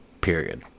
Period